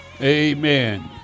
Amen